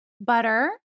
butter